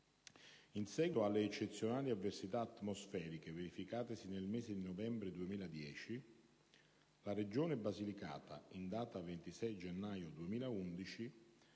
In seguito alle eccezionali avversita` atmosferiche verificatesi nel mese di novembre 2010, la Regione Basilicata, in data 26 gennaio